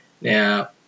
Now